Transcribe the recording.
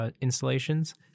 installations